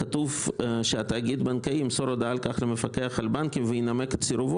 כתוב שהתאגיד הבנקאי ימסור הודעה על כך למפקח על הבנקים וינמק את סירבו.